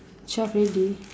twelve already